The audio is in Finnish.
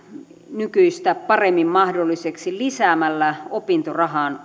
nykyistä paremmin mahdolliseksi lisäämällä opintorahan